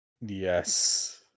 Yes